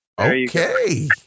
Okay